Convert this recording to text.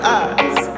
eyes